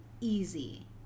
easy